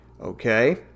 Okay